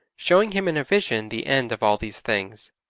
showing him in a vision the end of all these things.